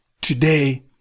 today